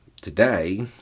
today